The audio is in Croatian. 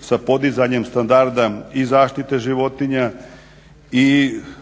sa podizanjem standarda i zaštite životinja i podizanja